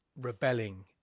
rebelling